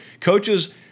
Coaches